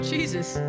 Jesus